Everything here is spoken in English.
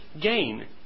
gain